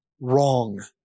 wrong